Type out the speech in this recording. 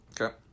Okay